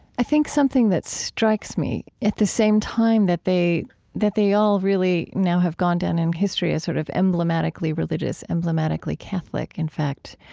i think something that strikes me, at the same time that they that they all really now have gone down in history as sort of emblematically religious, emblematically catholic, in fact,